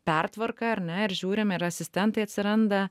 pertvarką ar ne ir žiūrim ir asistentai atsiranda